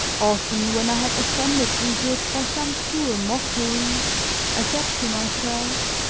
often when i had offended brigitte by some cruel mockery i said to myself